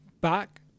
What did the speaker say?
Back